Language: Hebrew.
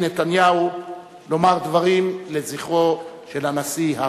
נתניהו לומר דברים לזכרו של הנשיא האוול.